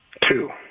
Two